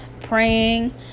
praying